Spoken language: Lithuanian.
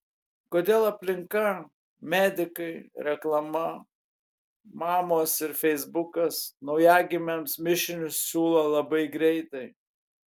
kodėl aplinka medikai reklama mamos ir feisbukas naujagimiams mišinius siūlo labai greitai